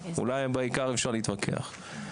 אולי בעיקר אפשר להתווכח.